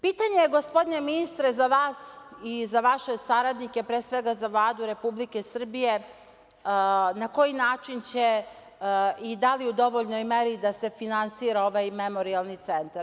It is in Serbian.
Pitanje, gospodine ministre, za vas i za vaše saradnike, pre svega, za Vladu Republike Srbije na koji način će i da li u dovoljnoj meri da se finansira ovaj Memorijalni centar?